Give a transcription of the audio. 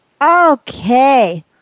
Okay